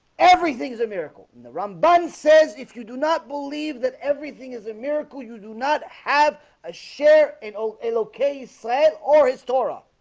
everything is a miracle and rom bunny says if you do not believe that everything is a miracle you do not have a share and o l ok said or it's torah